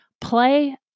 Play